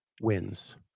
wins